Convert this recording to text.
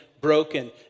broken